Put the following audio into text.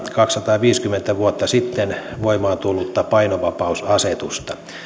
kaksisataaviisikymmentä vuotta sitten voimaan tullutta painovapausasetusta